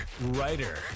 writer